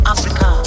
Africa